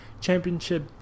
championship